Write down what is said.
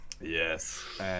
Yes